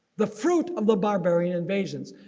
the fruit of the barbarian invasions.